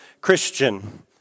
Christian